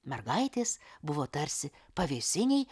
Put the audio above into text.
mergaitės buvo tarsi pavėsinėj